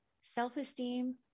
self-esteem